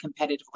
competitively